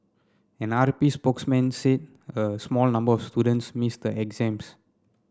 an R P spokesman said a small number of students missed the exams